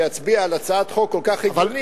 שיצביע על הצעת חוק כל כך הגיונית,